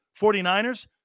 49ers